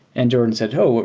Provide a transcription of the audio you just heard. and jordan said, oh! but